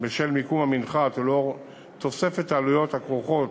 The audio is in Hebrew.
בשל מיקום המנחת, ולנוכח תוספת העלויות הכרוכות